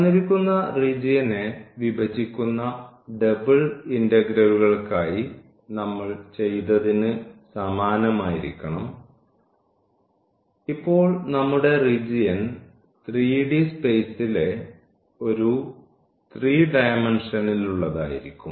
തന്നിരിക്കുന്ന റീജിയനെ വിഭജിക്കുന്ന ഡബിൾ ഇന്റഗ്രലുകൾക്കായി നമ്മൾ ചെയ്തതിന് സമാനമായിരിക്കണം ഇപ്പോൾ നമ്മുടെ റീജിയൻ 3D സ്പേസിലെ ഒരു 3 ഡയമെൻഷനിലുള്ളതായിരിക്കും